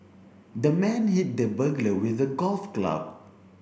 the man hit the burglar with a golf club